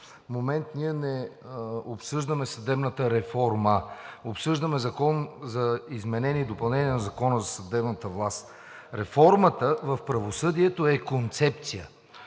момент ние не обсъждаме съдебната реформа, обсъждаме Закона за изменение и допълнение на Закона за съдебната власт. Реформата в правосъдието е концепция